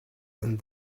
and